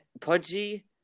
Pudgy